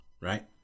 right